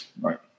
Right